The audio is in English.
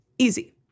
Easy